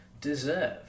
deserve